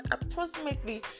approximately